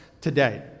today